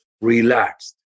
relaxed